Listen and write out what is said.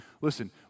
listen